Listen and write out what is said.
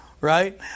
Right